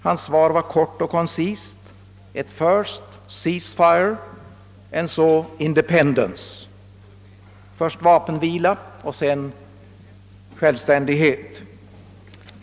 Hans svar var kort och koncist: At first cease fire and so independence — först eld upphör och sedan självständighet.